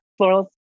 Florals